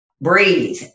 breathe